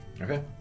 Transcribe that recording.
Okay